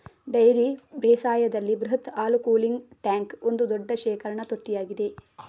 dairy ಬೇಸಾಯದಲ್ಲಿ ಬೃಹತ್ ಹಾಲು ಕೂಲಿಂಗ್ ಟ್ಯಾಂಕ್ ಒಂದು ದೊಡ್ಡ ಶೇಖರಣಾ ತೊಟ್ಟಿಯಾಗಿದೆ